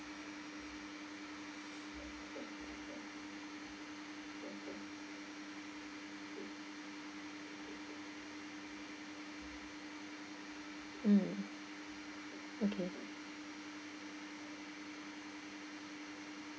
mm okay